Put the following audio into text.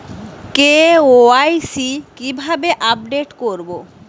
KYC কিভাবে update করব?